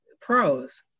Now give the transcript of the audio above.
pros